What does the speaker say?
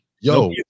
Yo